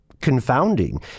confounding